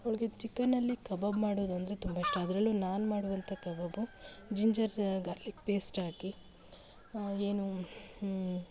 ಅವ್ಳಿಗೆ ಚಿಕನಲ್ಲಿ ಕಬಾಬ್ ಮಾಡೋದು ಅಂದ್ರೆ ತುಂಬ ಇಷ್ಟ ಅದ್ರಲ್ಲೂ ನಾನು ಮಾಡುವಂತ ಕಬಾಬು ಜಿಂಜರ್ ಗಾರ್ಲಿಕ್ ಪೇಸ್ಟ್ ಹಾಕಿ ಏನು